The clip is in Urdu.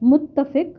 متفق